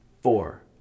four